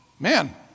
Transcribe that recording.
Man